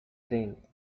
train